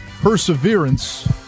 perseverance